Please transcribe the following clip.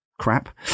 Crap